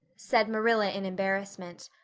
said marilla in embarrassment.